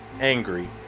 angry